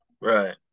Right